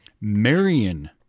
Marion